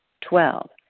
Twelve